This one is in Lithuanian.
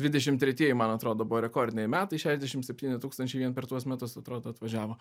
dvidešim tretieji man atrodo buvo rekordiniai metai šešiasdešim septyni tūkstančiai vien per tuos metus atrodo atvažiavo